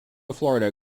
florida